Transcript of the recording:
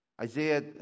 Isaiah